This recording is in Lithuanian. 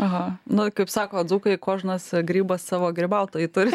aha nu kaip sako dzūkai kožnas grybas savo grybautoją turi